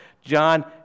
John